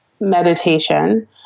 meditation